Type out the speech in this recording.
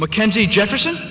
mackenzie jefferson